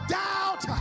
doubt